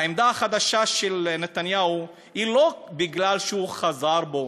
העמדה החדשה של נתניהו היא לא מפני שהוא חזר בו,